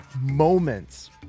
moments